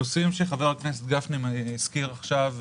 הנושאים שחבר הכנסת גפני הזכיר עכשיו,